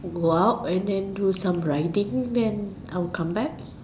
go out and then do some riding then I will come back